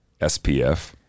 SPF